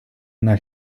una